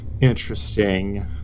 interesting